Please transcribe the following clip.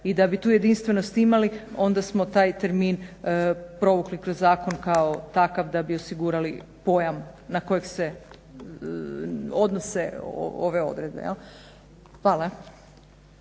I da bi tu jedinstvenost imali onda smo taj termin provukli kroz zakon kao takav da bi osigurali pojam na koji se odnose ove odredbe. Hvala.